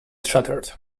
shattered